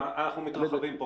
אנחנו מתרחבים פה.